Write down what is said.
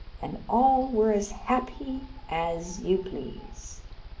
and all were as happy as you please.